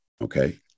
Okay